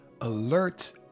alert